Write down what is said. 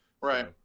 right